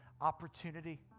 opportunity